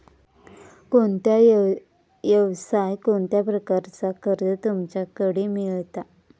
कोणत्या यवसाय कोणत्या प्रकारचा कर्ज तुमच्याकडे मेलता?